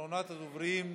אחרונת הדוברים אחריו,